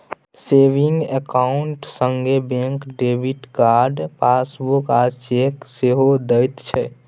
saving account संगे bank debit card, passbook आ cheque सेहो दैत छै